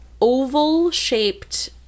oval-shaped